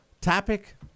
Topic